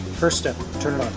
first step turn